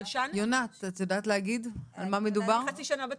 אני חצי שנה בתפקיד,